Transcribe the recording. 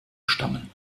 stammen